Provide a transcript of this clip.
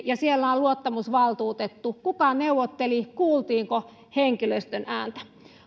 ja siellä on luottamusvaltuutettu kuka neuvotteli kuultiinko henkilöstön ääntä